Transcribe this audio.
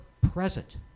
present